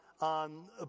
on